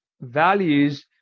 values